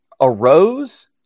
arose